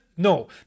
No